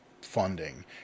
Funding